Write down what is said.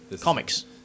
Comics